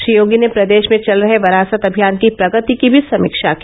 श्री योगी ने प्रदेश में चल रहे वरासत अभियान की प्रगति की भी समीक्षा की